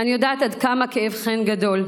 אני יודעת עד כמה כאבכם גדול,